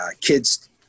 kids